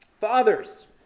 Fathers